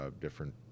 different